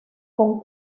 con